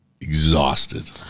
exhausted